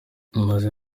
maze